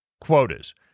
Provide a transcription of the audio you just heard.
quotas